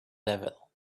devil